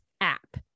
app